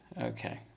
Okay